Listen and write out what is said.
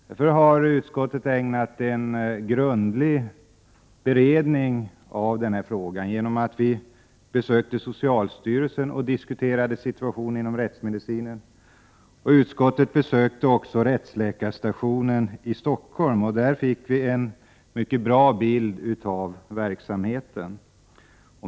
Därför har utskottet gjort en grundlig beredning av den här frågan genom att besöka socialstyrelsen, där vi diskuterade situationen inom rättsmedicinen. Utskottet besökte också rättsläkarstationen i Solna. Där fick 55 vi en mycket bra bild av verksamheten.